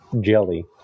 jelly